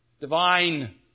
divine